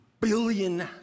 billion